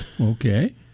Okay